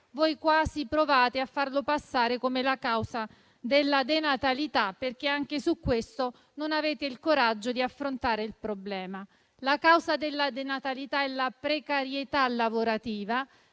quasi provate a farlo passare come la causa della denatalità, perché anche in questo caso non avete il coraggio di affrontare il problema. La causa della denatalità è la precarietà lavorativa;